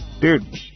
Dude